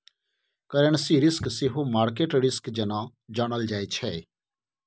currency risk सेहो market risk जेना जानल जाइ छै